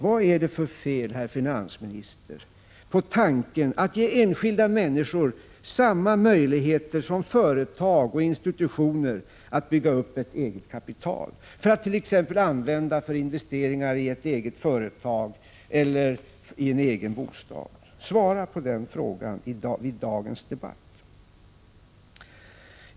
Vad är det för fel, herr finansminister, på tanken att ge enskilda människor samma möjligheter som företag och institutioner att bygga upp ett eget kapital för att använda för t.ex. investeringar i ett eget företag eller en egen fastighet? Svara på den frågan i dagens debatt!